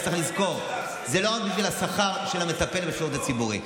צריך לזכור: זה לא רק בשביל השכר של המטפל בשירות הציבורי.